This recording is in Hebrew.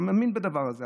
אתה מאמין בדבר הזה,